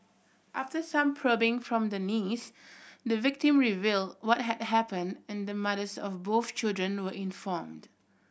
after some probing from the niece the victim revealed what had happened and the mothers of both children were informed